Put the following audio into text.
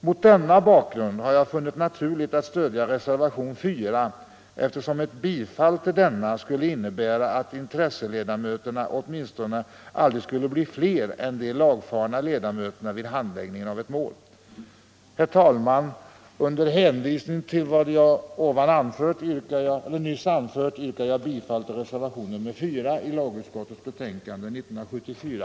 Mot denna bakgrund har jag funnit det naturligt att stödja reservationen 4, eftersom ett bifall till den skulle innebära att intresseledamöterna åtminstone aldrig skulle bli fler än de lagfarna ledamöterna vid handläggningen av ett mål. Herr talman! Med hänvisning till vad jag nyss har anfört yrkar jag bifall till reservationen 4.